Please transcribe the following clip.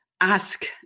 ask